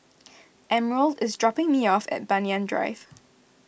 Emerald is dropping me off at Banyan Drive